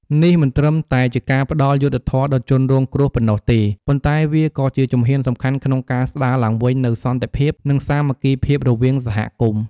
នេះមិនត្រឹមតែជាការផ្តល់យុត្តិធម៌ដល់ជនរងគ្រោះប៉ុណ្ណោះទេ ប៉ុន្តែវាក៏ជាជំហានសំខាន់ក្នុងការស្តារឡើងវិញនូវសន្តិភាព និងសាមគ្គីភាពរវាងសហគមន៍។